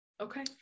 Okay